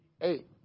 Eight